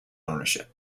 ownership